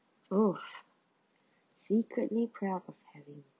oh secretly proud of having